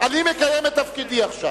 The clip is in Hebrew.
אני מקיים את תפקידי עכשיו.